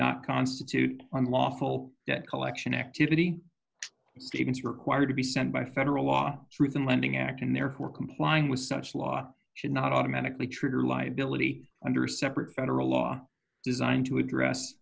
not constitute unlawful debt collection activity statements required to be sent by federal law through the lending act and therefore complying with such law should not automatically trigger liability under a separate federal law designed to address